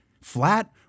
flat